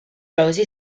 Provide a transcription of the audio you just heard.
rosie